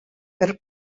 бер